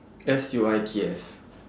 S U I T S